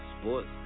Sports